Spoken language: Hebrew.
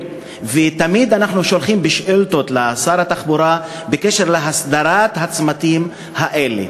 ותמיד אנחנו שולחים שאילתות לשר התחבורה בקשר להסדרת הצמתים האלה.